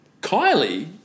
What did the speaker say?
Kylie